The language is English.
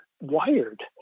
wired